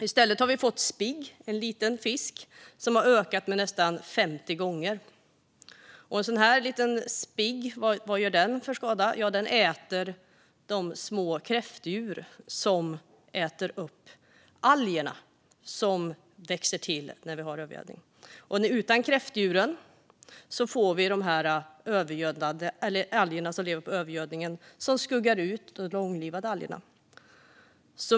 I stället har vi fått spigg, en liten fisk som har ökat med nästan 50 gånger. En sådan liten spigg, vad gör den då för skada? Jo, den äter de små kräftdjur som äter upp algerna som växer till när vi har övergödning. Utan kräftdjuren får vi alger som lever på övergödningen och som skuggar ut de långlivade algerna.